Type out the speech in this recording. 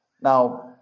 Now